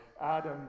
Adam